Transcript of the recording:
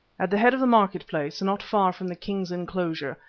at the head of the market-place, not far from the king's enclosure,